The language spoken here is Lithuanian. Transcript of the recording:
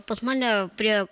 pas mane prie